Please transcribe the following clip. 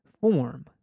form